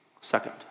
Second